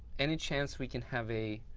any chance we can have a